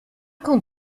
con